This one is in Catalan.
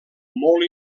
molt